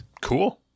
Cool